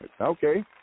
Okay